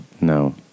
no